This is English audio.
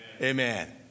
Amen